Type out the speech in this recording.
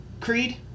Creed